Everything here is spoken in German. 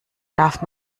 darf